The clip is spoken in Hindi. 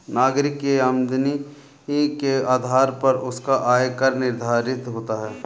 नागरिक की आमदनी के आधार पर उसका आय कर निर्धारित होता है